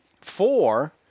Four